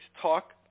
talk